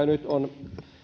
nyt on